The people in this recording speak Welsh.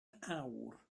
awr